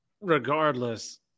regardless